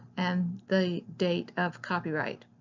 and the date of copyright.